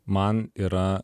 man yra